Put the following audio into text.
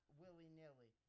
willy-nilly